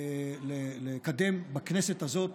לקדם בכנסת הזאת,